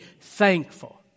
thankful